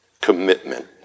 commitment